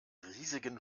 riesigen